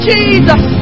Jesus